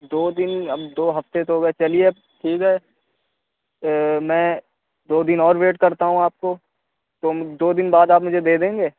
دو دن اب دو ہفتے تو ہو گئے چلیے اب ٹھیک ہے میں دو دن اور ویٹ کرتا ہوں آپ كو تو دو دن بعد آپ مجھے دے دیں گے